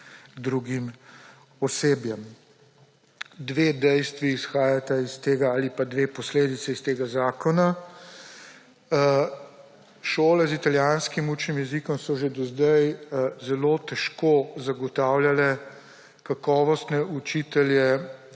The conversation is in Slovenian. drugim osebjem. Dve dejstvi izhajata iz tega ali pa dve posledici iz tega zakona. Šole z italijanskim učnim jezikom so že do sedaj zelo težko zagotavljale kakovostne učitelje,